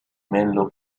menlo